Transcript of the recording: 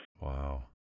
Wow